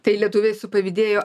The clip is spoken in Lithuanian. tai lietuviai supavydėjo